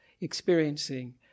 experiencing